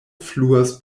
fluas